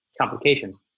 complications